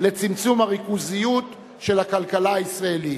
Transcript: לצמצום הריכוזיות של הכלכלה הישראלית.